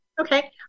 Okay